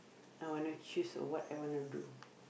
I want to choose or what I want to do